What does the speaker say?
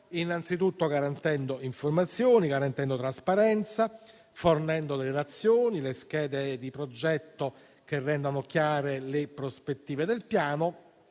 innanzitutto garantendo informazioni e trasparenza, fornendo le relazioni, le schede di progetto che rendano chiare le prospettive del Piano.